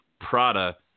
Prada